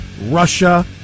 Russia